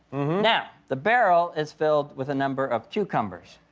now, the barrel is filled with a number of cucumbers.